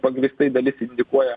pagrįstai dalis indikuoja